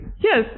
Yes